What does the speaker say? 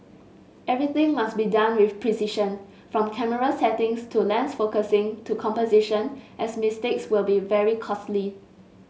everything must be done with precision from camera settings to lens focusing to composition as mistakes will be very costly